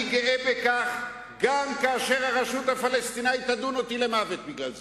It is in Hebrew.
אני גאה בכך גם אם הרשות הפלסטינית תדון אותי למוות בגלל זה,